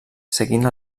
seguint